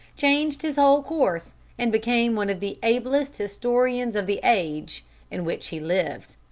changed his whole course and became one of the ablest historians of the age in which he lived.